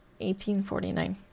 1849